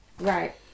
right